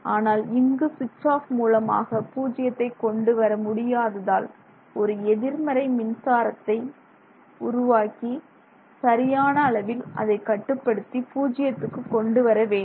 ஆனால் இங்கு சுவிட்ச் ஆப் மூலமாக பூஜ்ஜியத்தை கொண்டு வர முடியாததால் ஒரு எதிர்மறை மின்சாரத்தை உருவாக்கி சரியான அளவில் அதை கட்டுப்படுத்தி பூஜ்யத்துக்கு கொண்டு வர வேண்டும்